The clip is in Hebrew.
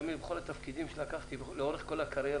בכל התפקידים שלקחתי בכל הקריירה